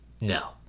No